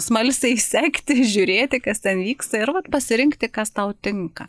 smalsiai sekti žiūrėti kas ten vyksta ir vat pasirinkti kas tau tinka